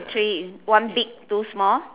three one big two small